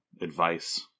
advice